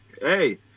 Hey